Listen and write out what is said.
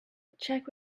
check